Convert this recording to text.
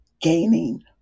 gaining